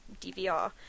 DVR